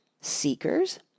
Seekers